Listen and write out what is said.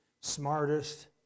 smartest